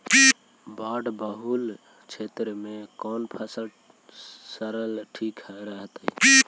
बाढ़ बहुल क्षेत्र में कौन फसल करल ठीक रहतइ?